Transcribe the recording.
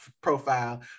profile